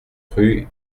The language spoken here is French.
rue